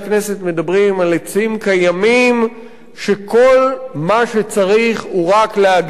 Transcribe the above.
מדברים על עצים קיימים שכל מה שצריך הוא רק להגן עליהם.